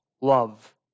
love